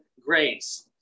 grace